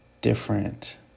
different